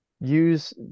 use